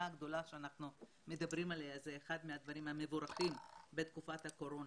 הגדולה שאנחנו מדברים עליה היא אחד הדברים המבורכים בתקופת הקורונה.